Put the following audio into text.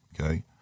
okay